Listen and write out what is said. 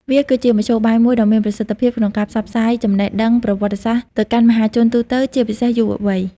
វាគឺជាមធ្យោបាយមួយដ៏មានប្រសិទ្ធភាពក្នុងការផ្សព្វផ្សាយចំណេះដឹងប្រវត្តិសាស្ត្រទៅកាន់មហាជនទូទៅ ជាពិសេសយុវវ័យ។